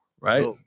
right